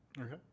Okay